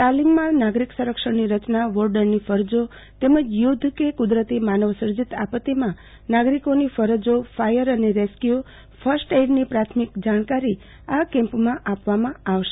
તાલીમમાં નાગરિક સંરક્ષણની રચના વોર્ડનની ફરજો તેમજ યુધ્ધ કે કુદરતી માનવસર્જીત આપત્તિમાંનાગરિકની ફરજો ફાયર અને રેસ્કયુ ફસ્ટએઈડની પ્રાથમિક જાણકારી આ કેમ્પમાં આપવામાં આવશે